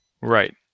Right